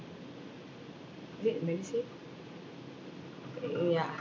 is it MediSave uh yeah